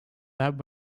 lab